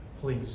Please